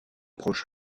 proche